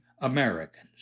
Americans